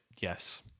yes